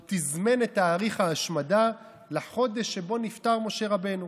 הוא תזמן את תאריך ההשמדה לחודש שבו נפטר משה רבנו